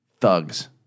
thugs